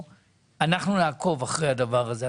אנחנו נעקוב אחרי הדבר הזה,